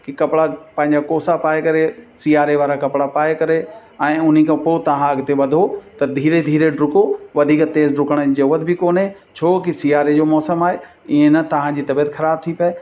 की कपिड़ा पंहिंजा कोसा पाए करे सिआरे वारा कपिड़ा पाए करे ऐं उन खां पोइ तव्हां अॻिते वधो त धीरे धीरे डुको वधीक तेज़ु डुकणु ज़रूरत बि कोन्हे छोकी सियारे जो मौसम आहे ईअं न तव्हांजी तबीअत ख़राब थी पए